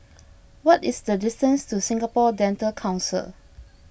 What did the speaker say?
what is the distance to Singapore Dental Council